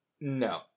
No